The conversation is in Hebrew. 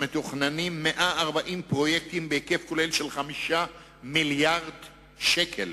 מתוכננים 140 פרויקטים בהיקף כולל של 5 מיליארדי שקלים,